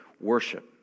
worship